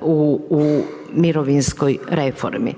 u mirovinskoj reformi.